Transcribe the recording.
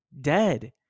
Dead